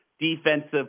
defensive